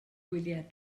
gwyliau